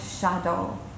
shadow